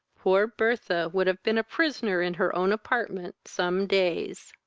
poor birtha would have been a prisoner in her own apartment some days.